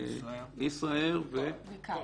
ישראייר וק.א.ל.